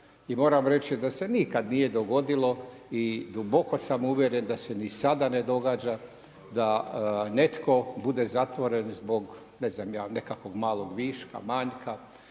moram reći da se nikad nije dogodilo i duboko sam uvjeren da se ni sada ne događa da netko bude zatvoren zbog nekakvog malog viška, manjka,